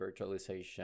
virtualization